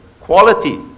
quality